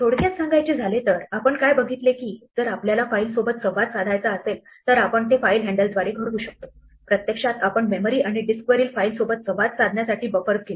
थोडक्यात सांगायचे झाले तर आपण काय बघितले की जर आपल्याला फाइल्स सोबत संवाद साधायचा असेल तर आपण ते फाईल हँडल द्वारे घडवू शकतो प्रत्यक्षात आपण मेमरी आणि आणि डिस्कवरील फाईल सोबत संवाद साधण्यासाठी बफर्स घेतो